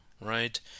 right